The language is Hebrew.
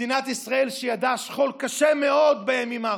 מדינת ישראל, שידעה שכול קשה מאוד בימים האחרונים,